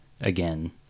again